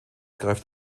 greift